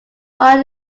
are